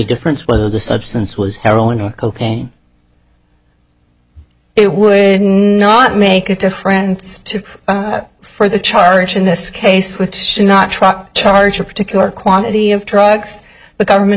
difference whether the substance was heroin or cocaine it would not make a difference to for the charge in this case with should not truck charge a particular quantity of drugs the government